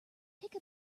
take